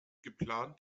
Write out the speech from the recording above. geplant